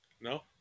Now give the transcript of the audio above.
No